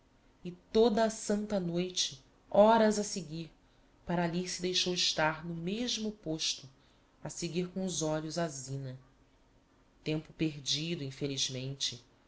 e toda a santa noite horas a seguir para ali se deixou estar no mesmo posto a seguir com os olhos a zina tempo perdido infelizmente